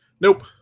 Nope